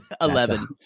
Eleven